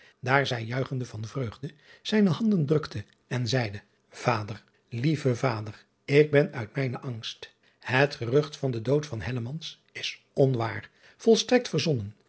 daar zij juichende van vreugde zijne handen drukte en zeide ader lieve vader ik ben uit mijnen angst et gerucht van den dood is onwaar volstrekt verzonnen